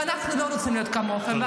ואנחנו לא רוצים להיות כמוכם.